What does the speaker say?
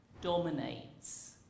dominates